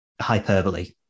hyperbole